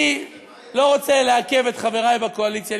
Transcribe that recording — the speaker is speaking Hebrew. אני לא רוצה לעכב את חברי בקואליציה,